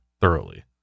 thoroughly